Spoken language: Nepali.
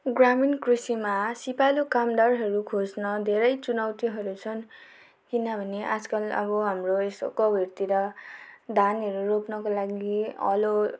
ग्रामीण कृषिमा सिपालु कामदारहरू खोज्न धेरै चुनौतीहरू छन् किनभने आजकल अब हाम्रो यसो गाउँहरूतिर धानहरू रोप्नको लागि हलो